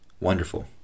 Wonderful